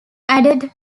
added